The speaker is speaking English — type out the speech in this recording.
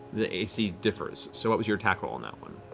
the ac differs. so what was your attack roll on that one?